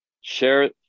share